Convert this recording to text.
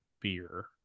beer